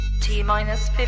T-minus